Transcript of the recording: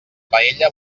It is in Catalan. paella